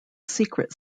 secret